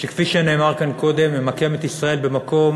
שכפי שנאמר כאן קודם, ממקם את ישראל במקום